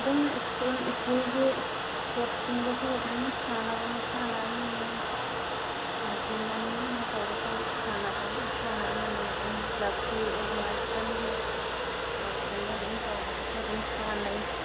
ꯑꯗꯨꯝ ꯁ꯭ꯀꯨꯜꯒꯤ ꯏꯁꯄꯣꯔꯠꯁꯤꯡꯗꯁꯨ ꯑꯗꯨꯝ ꯁꯥꯟꯅꯕ ꯃꯁꯥꯟꯅ ꯑꯃꯅꯤ ꯑꯥ ꯇꯤꯝ ꯑꯅꯤꯃꯛꯅ ꯇꯧꯔꯒ ꯁꯥꯟꯅꯕ ꯃꯁꯥꯟꯅ ꯑꯃꯅꯤ ꯑꯗꯨꯝ ꯀ꯭ꯂꯕꯀꯤ ꯑꯣꯔꯒꯅꯥꯏꯖꯦꯁꯟꯒꯤ ꯏꯁꯄꯣꯔꯠ ꯀꯨꯝꯕ ꯑꯗꯨꯝ ꯇꯧꯕꯗꯁꯨ ꯑꯗꯨꯝ ꯁꯥꯟꯅꯩ